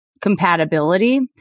compatibility